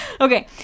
Okay